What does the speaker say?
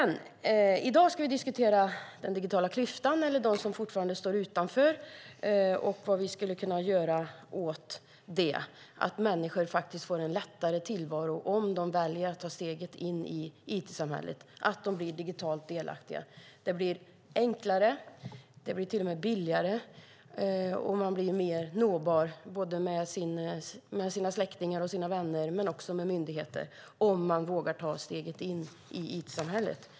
I dag ska vi diskutera den digitala klyftan och dem som fortfarande står utanför och vad vi skulle kunna göra för att människor ska få en lättare tillvaro om de väljer att ta steget in i it-samhället och blir digitalt delaktiga. Det blir enklare och till och med billigare, och man blir mer nåbar både med sina släktingar och med sina vänner men också med myndigheter om man vågar ta steget in i it-samhället.